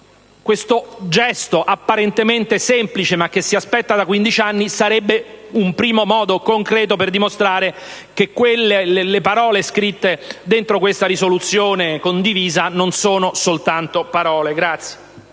che un gesto apparentemente semplice, ma che si aspetta da 15 anni, sarebbe un primo modo concreto per dimostrare che quelle scritte dentro la risoluzione condivisa non sono soltanto parole.